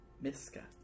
Miska